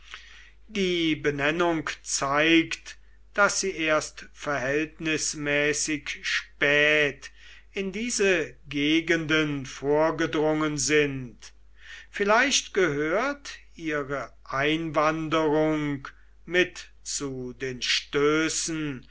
die benennung zeigt daß sie erst verhältnismäßig spät in diese gegenden vorgedrungen sind vielleicht gehört ihre einwanderung mit zu den stößen